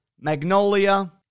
magnolia